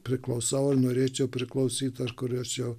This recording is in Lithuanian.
priklausau norėčiau priklausyt ar kuriose